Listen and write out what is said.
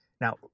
now